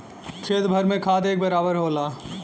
खेत भर में खाद एक बराबर होला